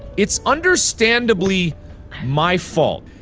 it's understandably my fault.